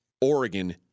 Oregon